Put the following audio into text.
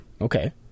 Okay